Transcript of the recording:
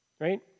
right